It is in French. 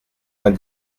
vingt